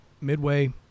Midway